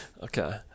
Okay